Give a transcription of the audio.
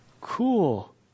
cool